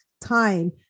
time